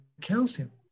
calcium